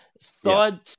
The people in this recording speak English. side